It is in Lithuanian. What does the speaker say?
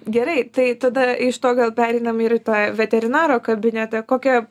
gerai tai tada iš to gal pereinam į veterinaro kabinetą kokia